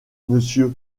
monsieur